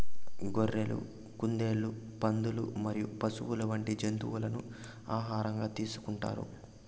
గొర్రెలు, కుందేళ్లు, పందులు మరియు పశువులు వంటి జంతువులను ఆహారంగా తీసుకుంటారు